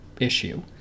issue